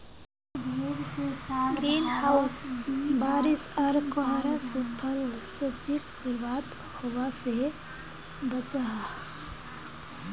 green house बारिश आर कोहरा से फल सब्जिक बर्बाद होवा से बचाहा